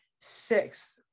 sixth